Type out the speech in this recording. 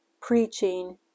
preaching